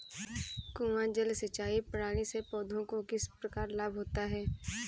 कुआँ जल सिंचाई प्रणाली से पौधों को किस प्रकार लाभ होता है?